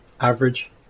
average